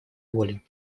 воли